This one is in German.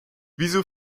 wieso